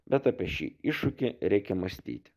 bet apie šį iššūkį reikia mąstyti